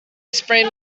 sprained